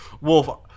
Wolf